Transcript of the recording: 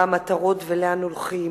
מה המטרות ולאן הולכים.